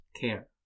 care